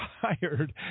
tired